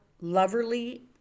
loverly